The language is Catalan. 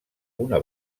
una